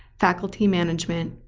faculty management,